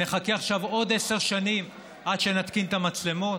נחכה עכשיו עוד עשר שנים עד שנתקין את המצלמות?